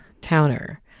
Towner